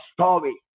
story